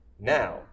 now